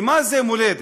כי מה זה מולדת?